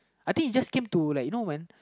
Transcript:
I think it just came to like you know when